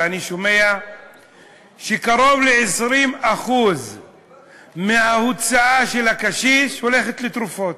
ואני שומע שקרוב ל-20% מההוצאה של הקשיש הולכת לתרופות.